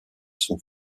son